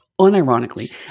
unironically